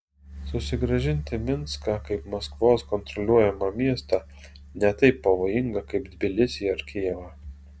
susigrąžinti minską kaip maskvos kontroliuojamą miestą ne taip pavojinga kaip tbilisį ar kijevą